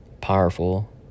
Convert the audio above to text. powerful